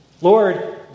Lord